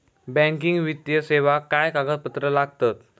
Banking वित्तीय सेवाक काय कागदपत्र लागतत?